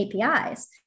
APIs